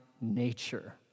nature